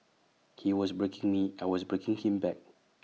he was breaking me I was breaking him back